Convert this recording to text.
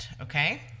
okay